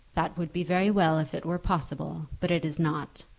that would be very well if it were possible but it is not.